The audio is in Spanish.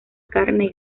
carne